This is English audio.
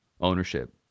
Ownership